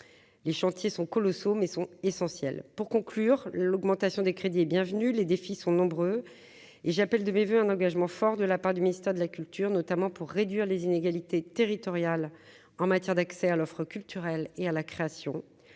les chantiers sont colossaux, mais sont essentielles pour conclure l'augmentation des crédits et bienvenue, les défis sont nombreux et j'appelle de mes voeux un engagement fort de la part du ministère de la culture, notamment pour réduire les inégalités territoriales en matière d'accès à l'offre culturelle et à la création,